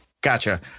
Gotcha